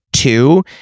two